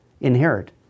inherit